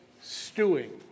stewing